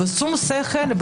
בשום שכל,